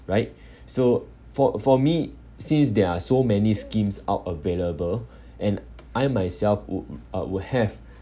right so for for me since there are so many schemes out available and I myself wou~ wou~ uh would have